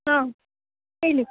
ಹಾಂ ಹೇಳಿ